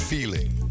Feeling